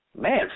Man